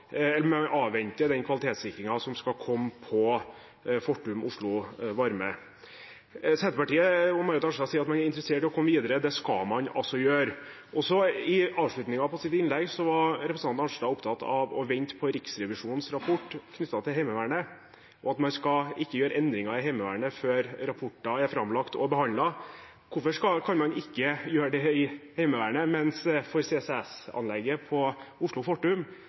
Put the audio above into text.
avventer den kvalitetssikringen som skal komme om Fortum Oslo Varme. Senterpartiet og Marit Arnstad sier at man er interessert i å komme videre. Det skal man også gjøre. Så i avslutningen av sitt innlegg var Marit Arnstad opptatt av å vente på Riksrevisjonens rapport knyttet til Heimevernet, og at man ikke skal gjøre endringer i Heimevernet før rapporter er framlagt og behandlet. Hvorfor skal man ikke gjøre det for Heimevernet, mens for CCS-anlegget til Fortum Oslo